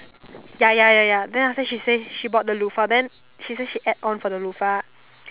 ya ya ya then after that she say bought the loaf then she say she add on the loaf